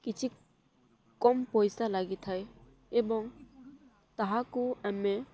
କିଛି କମ୍ ପଇସା ଲାଗିଥାଏ ଏବଂ ତାହାକୁ ଆମେ